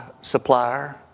supplier